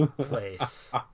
place